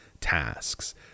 tasks